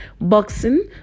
Boxing